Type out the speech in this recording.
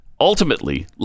ultimately